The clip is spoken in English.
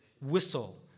Whistle